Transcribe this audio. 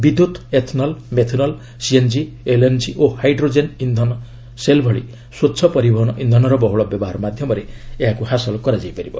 ବିଦ୍ୟୁତ୍ ethanol methanol CNG LNG ଓ hydrogen ଇନ୍ଧନ ସେଲ୍ ଭଳି ସ୍ୱଚ୍ଛ ପରିବହନ ଇନ୍ଧନର ବହୁଳ ବ୍ୟବହାର ମାଧ୍ୟମରେ ଏହା ହାସଲ କରାଯିବ